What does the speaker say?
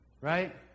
Right